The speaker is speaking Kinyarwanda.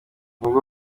n’ubwo